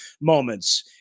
moments